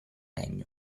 regno